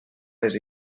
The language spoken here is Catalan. les